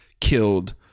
killed